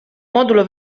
modulo